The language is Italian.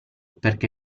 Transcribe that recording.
perché